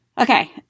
Okay